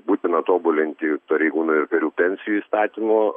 būtina tobulinti pareigūnų ir karių pensijų įstatymo